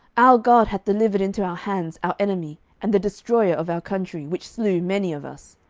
our god hath delivered into our hands our enemy, and the destroyer of our country, which slew many of us.